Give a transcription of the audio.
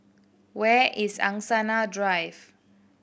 where is Angsana Drive